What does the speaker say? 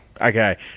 okay